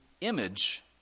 image